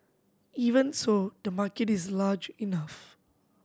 even so the market is large enough